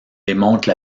démontre